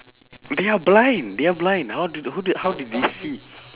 they are blind they are blind how do the who did how did they see